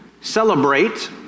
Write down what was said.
celebrate